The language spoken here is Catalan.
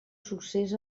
succés